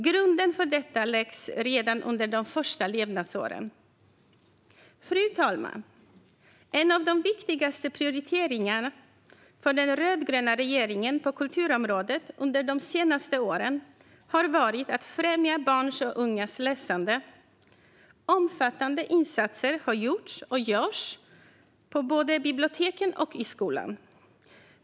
Grunden för detta läggs redan under de första levnadsåren. Fru talman! En av de viktigaste prioriteringarna för den rödgröna regeringen på kulturområdet under de senaste åren har varit att främja barns och ungas läsande. Omfattande insatser har gjorts och görs både på biblioteken och i skolan.